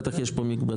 בטח יש פה מקבצים.